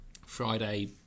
Friday